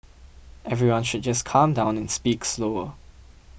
everyone should just calm down and speak slower